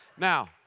Now